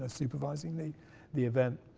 ah supervising the the event.